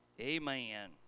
Amen